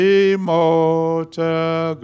immortal